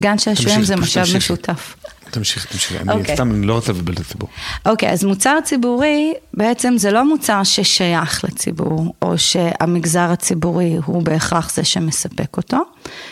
גן שעשועים זה משאב משותף. תמשיכי, תמשיכי. אני אסתם, אני לא רוצה לבלבל את הציבור. אוקיי, אז מוצר ציבורי, בעצם זה לא מוצר ששייך לציבור, או שהמגזר הציבורי הוא בהכרח זה שמספק אותו.